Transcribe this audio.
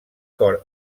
cor